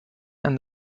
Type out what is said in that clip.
and